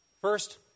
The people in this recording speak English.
First